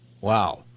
wow